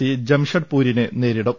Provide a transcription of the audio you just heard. C ജംഷഡ്പൂ രിനെ നേരിടും